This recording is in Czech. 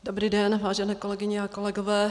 Dobrý den, vážené kolegyně a kolegové.